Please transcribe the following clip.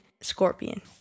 Scorpion